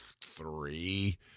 three